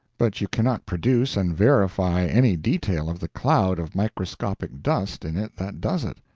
but you cannot produce and verify any detail of the cloud of microscopic dust in it that does it.